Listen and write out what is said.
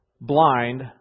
blind